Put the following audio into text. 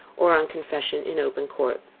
or on confession in open court.